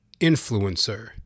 influencer